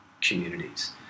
communities